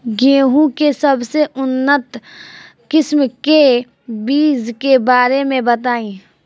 गेहूँ के सबसे उन्नत किस्म के बिज के बारे में बताई?